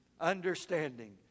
Understanding